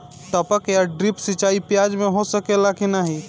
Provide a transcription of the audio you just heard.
टपक या ड्रिप सिंचाई प्याज में हो सकेला की नाही?